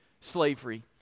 slavery